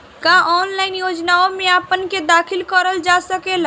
का ऑनलाइन योजनाओ में अपना के दाखिल करल जा सकेला?